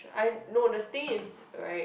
I no the thing is right